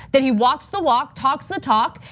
that he walks the walk, talks the talk.